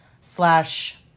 slash